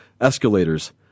escalators